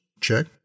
Check